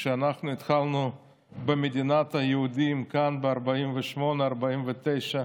כשאנחנו התחלנו במדינת היהודים כאן ב-1948, 1949,